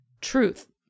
truth